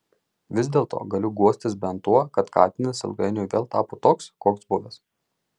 vis dėlto galiu guostis bent tuo kad katinas ilgainiui vėl tapo toks koks buvęs